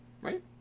right